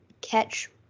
catch